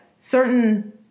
certain